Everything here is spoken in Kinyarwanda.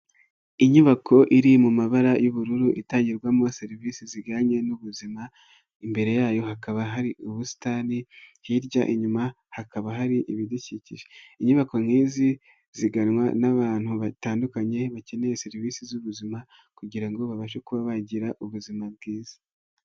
Inyubako iri mu mabara y'ubururu itangirwamo serivisi zijyanye n'ubuzima, imbere yayo hakaba hari ubusitani, hirya inyuma hakaba hari ibidukikije, inyubako nk'izi ziganwa n'abantu batandukanye bakeneye serivisi z'ubuzima kugira ngo babashe kuba bagira ubuzima bwiza.